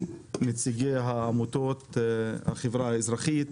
נציגי העמותות החברה האזרחית.